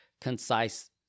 concise